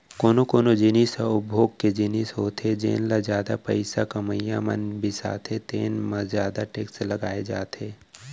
कोनो कोनो जिनिस ह उपभोग के जिनिस होथे जेन ल जादा पइसा कमइया मन बिसाथे तेन म जादा टेक्स लगाए जाथे